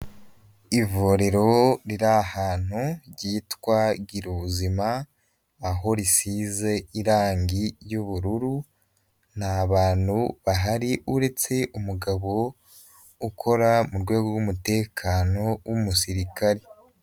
Ivuriro riri ahantu, ryitwa Gira ubuzima, aho risize irangi ry'ubururu, nta bantu bahari uretse umugabo, ukora mu rwego rw'umutekano w'umusirikari.